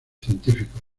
científicos